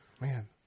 Man